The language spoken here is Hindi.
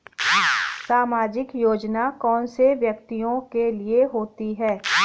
सामाजिक योजना कौन से व्यक्तियों के लिए होती है?